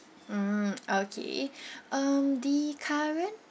mm okay mm the current